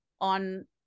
on